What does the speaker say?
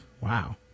Wow